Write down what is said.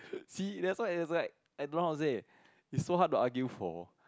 see that's why it's like I don't know how to say it's so hard to argue for